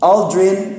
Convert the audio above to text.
Aldrin